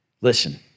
Listen